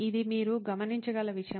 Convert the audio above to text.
ఇది మీరు గమనించగల విషయం